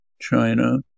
China